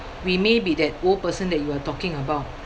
we may be that old person that you're talking about